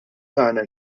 tagħna